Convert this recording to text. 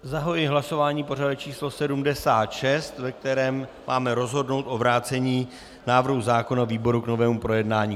Zahajuji hlasování pořadové číslo 76, ve kterém máme rozhodnout o vrácení návrhu zákona výboru k novému projednání.